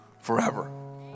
forever